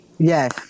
Yes